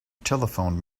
telephoned